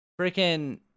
Freaking